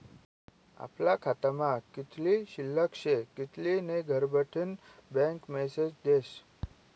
आपला खातामा कित्ली शिल्लक शे कित्ली नै घरबठीन बँक मेसेज देस